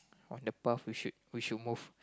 on the path we should we should move